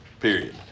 Period